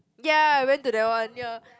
ya I went to that one ya